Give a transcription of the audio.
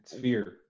Fear